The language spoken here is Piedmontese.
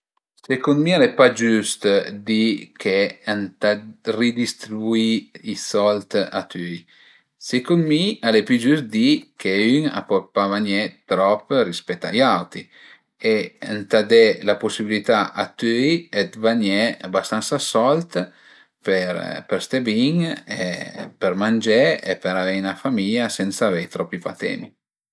Secund mi al e pa giüst di che ëntà ridistribuì i sold a tüi, secund mi al e pi giüst di che ün a pöl pa vagné trop rispèt a i auti e ëntà de la pusibilità a tüi dë vagné bastansa sold për për ste bin e për mangé e për avei 'na famìa sensa avei tropi patemi